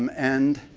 um and